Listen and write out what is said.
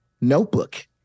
notebook